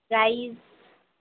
price